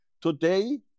Today